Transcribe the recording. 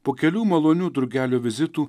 po kelių malonių drugelio vizitų